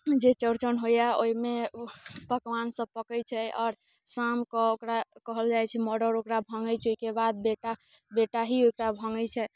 जे चौरचन होइया ओह मे पकवान सब पकैत छै आओर शामके ओकरा कहल जाइत छै ओकरा भंगै छै ओयके बाद बेटा ही ओकरा भंगै छै